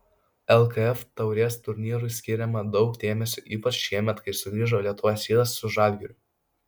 lkf taurės turnyrui skiriama daug dėmesio ypač šiemet kai sugrįžo lietuvos rytas su žalgiriu